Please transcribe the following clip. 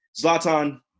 Zlatan